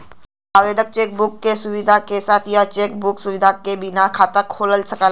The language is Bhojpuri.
आवेदक चेक बुक क सुविधा के साथ या चेक बुक सुविधा के बिना खाता खोल सकला